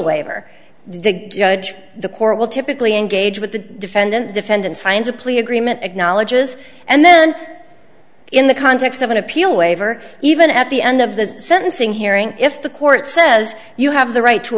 waiver the judge the court will typically engage with the defendant defendant finds a plea agreement acknowledges and then in the context of an appeal waiver even at the end of the sentencing hearing if the court says you have the right to